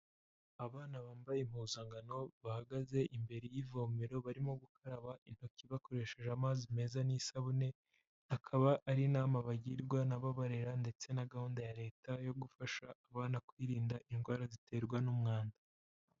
Abana bambaye impuzangano bahagaze imbere y'ivomero barimo gukaraba intoki bakoresheje amazi meza n'isabune, akaba ari inama bagirwa n'aba barera ndetse na gahunda ya leta yo gufasha abana kwirinda indwara ziterwa n'umwanda.